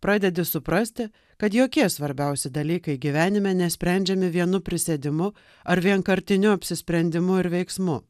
pradedi suprasti kad jokie svarbiausi dalykai gyvenime nesprendžiami vienu prisėdimu ar vienkartiniu apsisprendimu ir veiksmu